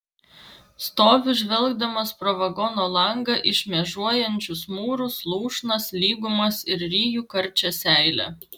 stoviu žvelgdamas pro vagono langą į šmėžuojančius mūrus lūšnas lygumas ir ryju karčią seilę